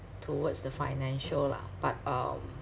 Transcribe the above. towards the financial lah but um